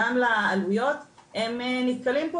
גם לעלויות, נתקלים פה